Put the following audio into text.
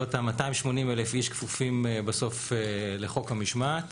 בסביבות ה-280,000 איש כפופים בסוף לחוק המשמעת.